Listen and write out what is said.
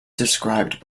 described